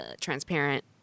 transparent